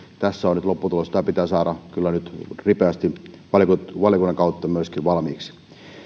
tässä on nyt lopputulos tämä pitää saada kyllä nyt ripeästi valiokunnan kautta valmiiksi